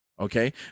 okay